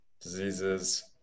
diseases